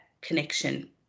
connection